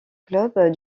club